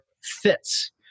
fits